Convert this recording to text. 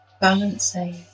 balancing